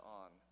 on